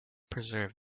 preserve